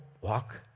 walk